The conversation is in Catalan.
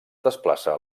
desplaça